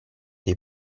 dei